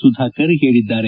ಸುಧಾಕರ್ ಹೇಳಿದ್ದಾರೆ